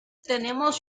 tenemos